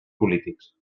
polítics